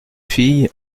fille